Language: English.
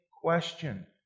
question